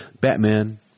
Batman